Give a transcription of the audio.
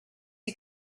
you